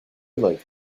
like